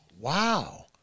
Wow